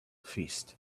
feast